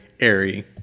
airy